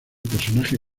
personaje